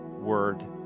Word